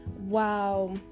Wow